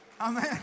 Amen